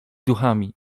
duchami